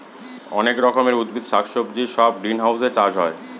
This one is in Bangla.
অনেক রকমের উদ্ভিদ শাক সবজি সব গ্রিনহাউসে চাষ হয়